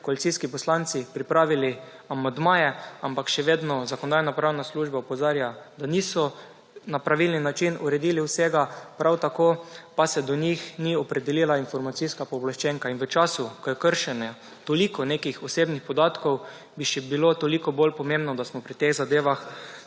koalicijski poslanci pripravili amandmaje, ampak še vedno Zakonodajno-pravna služba opozarja, da niso na pravilni način uredili vsega, prav tako pa se do njih ni opredelila informacijska pooblaščenka. In v času, ko je kršenje toliko nekih osebnih podatkov, bi še bilo toliko bolj pomembno, da smo pri teh zadevah